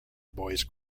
boys